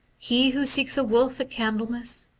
he who seeks a wolf at candlemas,